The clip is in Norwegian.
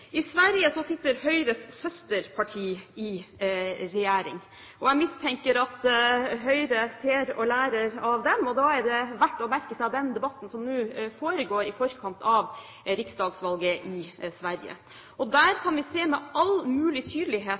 I Sverige sitter Høyres søsterparti i regjering. Jeg mistenker at Høyre ser til og lærer av dem, og da er det verdt å merke seg den debatten som nå foregår i forkant av riksdagsvalget i Sverige. Der kan vi se med all mulig tydelighet